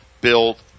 build